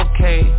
Okay